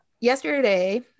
yesterday